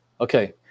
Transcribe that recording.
Okay